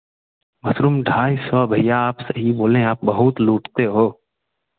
mushroom ढाई सौ भैया आप सही बोलें आप बहुत लूटते हो